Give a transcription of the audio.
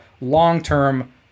long-term